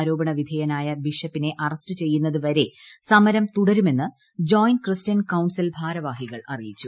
ആർോപണ് വിധേയനായ ബിഷപ്പിനെ അറസ്റ്റു ചെയ്യുന്നതു പ്രിശ്രീ സമരം തുടരുമെന്ന് ജോയിന്റ് ക്രിസ്റ്റ്യൻ കൌൺസിൽ ഭാ്രവാഹികൾ അറിയിച്ചു